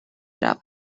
رود